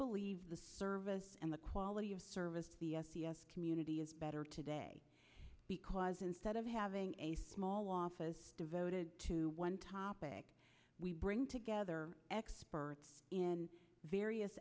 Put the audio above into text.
believe the service and the quality of service community is better today because instead of having a small office devoted to one topic we bring together experts in various